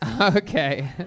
Okay